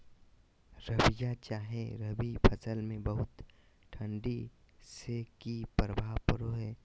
रबिया चाहे रवि फसल में बहुत ठंडी से की प्रभाव पड़ो है?